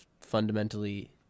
fundamentally